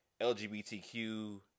LGBTQ